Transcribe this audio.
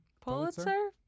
Pulitzer